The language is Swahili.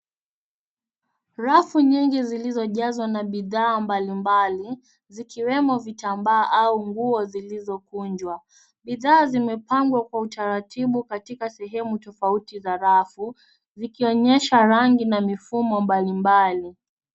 Rafu nyingi zilizojzwa na bidhaa mbali mbali zikiwemo vitambaa au nguo zilizokunjwa. Bidhaa zimepagwa kwa utaratibu katika sehemu tofauti za rafu zikionyesha rangi na mifumo mbali mbali.